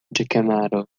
ĵakemaro